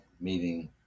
meeting